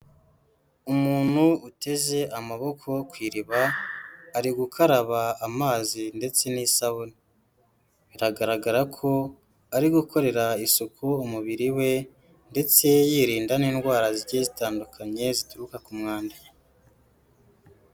Umuntu uteze amaboko ku iriba, ari gukaraba amazi ndetse n'isabune, biragaragara ko ari gukorera isuku umubiri we ndetse yirinda n'indwara zigiye zitandukanye zituruka ku mwanda.